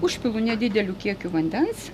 užpilu nedideliu kiekiu vandens